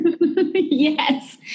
yes